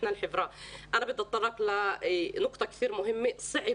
לכן אני מופתעת מאנשים שמשתמשים